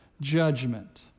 judgment